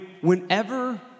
Whenever